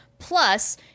Plus